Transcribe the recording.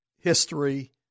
history